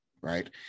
right